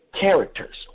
characters